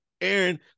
Aaron